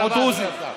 או דרוזי.